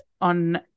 on